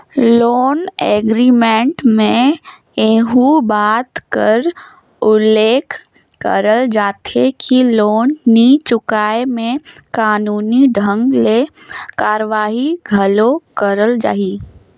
loan agreement में एहू बात कर उल्लेख करल जाथे कि लोन नी चुकाय में कानूनी ढंग ले कारवाही घलो करल जाही